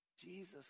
Jesus